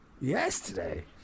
yesterday